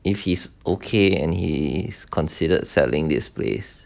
if he's okay and he is considered selling this place